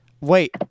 Wait